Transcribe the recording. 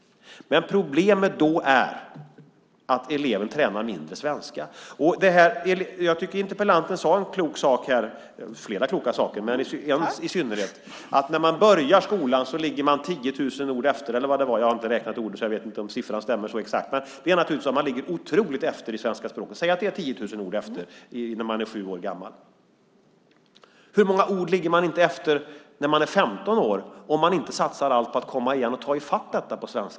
Men då är problemet att eleven tränar mindre svenska. Jag tycker att interpellanten sade en klok sak här - hon sade flera kloka saker - om att man när man börjar skolan ligger 10 000 ord efter. Jag har inte räknat, så jag vet inte om siffran stämmer, men låt oss anta att den stämmer och att man ligger 10 000 ord efter när man är sju år gammal. Hur många ord ligger man då inte efter när man är 15 år om man inte satsar allt på att ta ifatt detta?